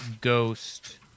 ghost